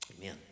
amen